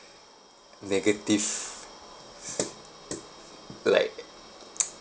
negative like